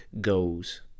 goes